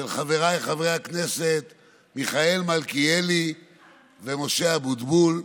של חבריי חברי הכנסת מיכאל מלכיאלי ומשה אבוטבול.